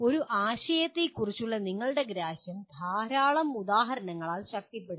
ഒരു ആശയത്തെക്കുറിച്ചുള്ള നിങ്ങളുടെ ഗ്രാഹ്യം ധാരാളം ഉദാഹരണങ്ങളാൽ ശക്തിപ്പെടുത്താം